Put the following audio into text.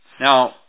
Now